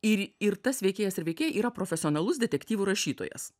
ir ir tas veikėjas ar veikėja yra profesionalus detektyvų rašytojas